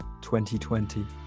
2020